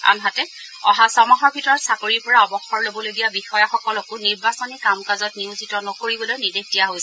আনহাতে অহা ছমাহৰ ভিতৰত চাকৰিৰ পৰা অৱসৰ ল'বলগীয়া বিষয়াসকলকো নিৰ্বাচনী কাম কাজত নিয়োজিত নকৰিবলৈ নিৰ্দেশ দিয়া হৈছে